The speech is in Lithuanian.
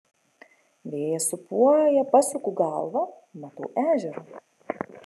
vėjas sūpuoja pasuku galvą matau ežerą